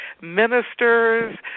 ministers